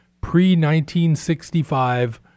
Pre-1965